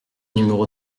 numéro